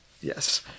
yes